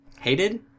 Hated